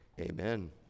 amen